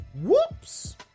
whoops